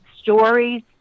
stories